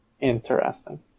interesting